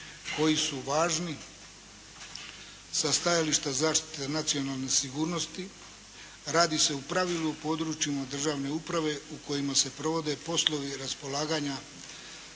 koji su važni sa stajališta zaštite nacionalne sigurnosti. Radi se u pravilu od područjima državne uprave u kojima se provode poslovi raspolaganja